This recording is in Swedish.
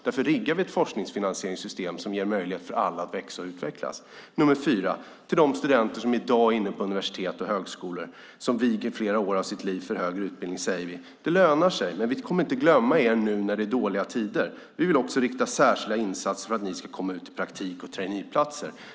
Därför riggar vi ett forskningsfinansieringssystem som ger möjlighet för alla att växa och utvecklas. Till de studenter som i dag är inne på universitet och högskolor, som viger flera år av sitt liv åt högre utbildning, säger vi: Det lönar sig. Men vi kommer inte att glömma er nu när det är dåliga tider. Vi vill rikta särskilda insatser på att ni ska komma ut på praktik och traineeplatser.